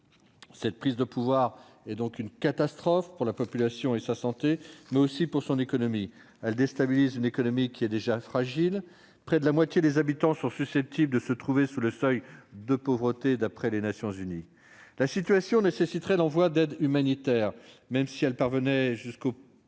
Cette prise de pouvoir est une catastrophe pour la population et sa santé, mais aussi pour son économie. Elle déstabilise une économie déjà fragile. Près de la moitié des habitants sont susceptibles de se trouver sous le seuil de pauvreté d'après les Nations unies. La situation nécessiterait l'envoi d'aide humanitaire, mais, même si cette dernière parvenait jusqu'au